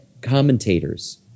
commentators